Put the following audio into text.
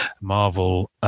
Marvel